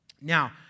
Now